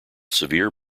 severe